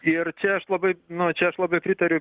ir čia aš labai nu čia aš labai pritariu